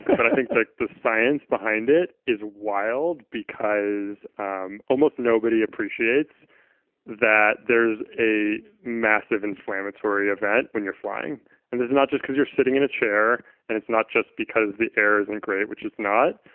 but i think like the science behind it is wild because um almost nobody appreciates that there's a massive inflammatory event when you're flying and it's not just because you're sitting in a chair and it's not just because the air is engraved which is not,